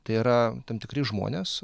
tai yra tam tikri žmonės